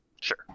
sure